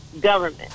government